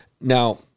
Now